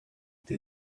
der